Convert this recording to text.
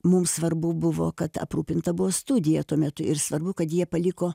mums svarbu buvo kad aprūpinta buvo studija tuo metu ir svarbu kad jie paliko